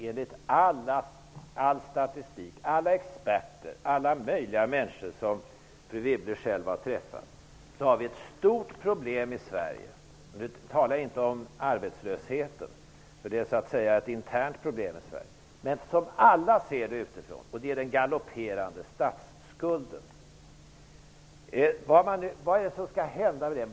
Enligt all statistik, alla experter och alla möjliga människor som fru Wibble själv har träffat har vi ett stort problem i Sverige. Nu talar jag inte om arbetslösheten för den är så att säga ett internt problem i Sverige utan om problemet som alla ser det utifrån, nämligen den galopperande statsskulden. Vad är det som skall hända med den?